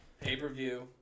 pay-per-view